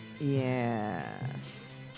Yes